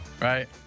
right